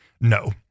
No